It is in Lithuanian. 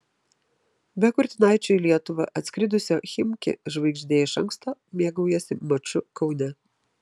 be kurtinaičio į lietuvą atskridusio chimki žvaigždė iš anksto mėgaujasi maču kaune